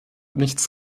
nichts